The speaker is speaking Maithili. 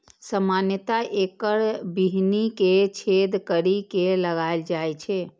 सामान्यतः एकर बीहनि कें छेद करि के लगाएल जाइ छै